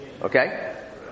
Okay